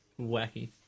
wacky